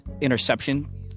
interception –